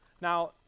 Now